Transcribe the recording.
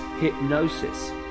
hypnosis